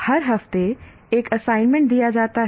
हर हफ्ते एक असाइनमेंट दिया जाता है